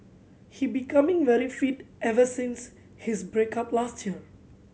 he becoming very fit ever since his break up last year